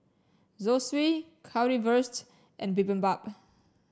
Zosui Currywurst and Bibimbap